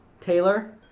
Taylor